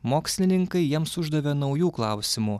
mokslininkai jiems uždavė naujų klausimų